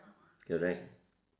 correct